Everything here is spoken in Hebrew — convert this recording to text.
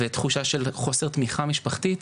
ותחושה של חוסר תמיכה משפחתית,